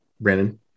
brandon